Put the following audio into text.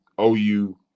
OU